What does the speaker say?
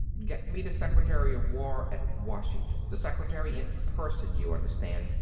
get me the secretary of war at washington. the secretary in person, you understand.